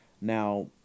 Now